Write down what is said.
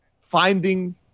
finding